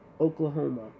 Oklahoma